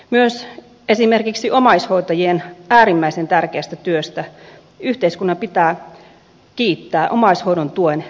myös esimerkiksi omaishoitajien äärimmäisen tärkeästä työstä yhteiskunnan pitää kiittää omaishoidon tuen verovapaudella